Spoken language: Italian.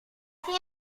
fine